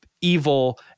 evil –